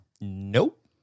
Nope